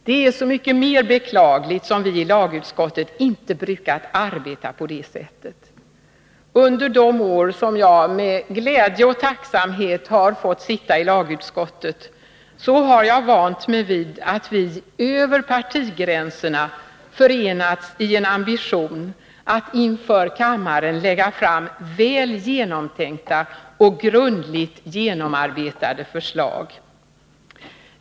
Det är så mycket mer beklagligt som vi i lagutskottet inte brukat arbeta på det sättet. Under de år som jag med glädje och tacksamhet fått sitta i lagutskottet har jag vant mig vid att vi över partigränserna förenats i en ambition att inför kammaren lägga fram väl genomtänkta och grundligt genomarbetade förslag.